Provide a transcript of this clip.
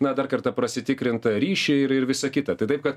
na dar kartą pasitikrint ryšį ir ir visa kita tai taip kad